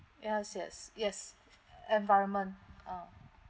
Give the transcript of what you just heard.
yes yes yes environment ah